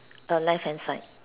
left hand side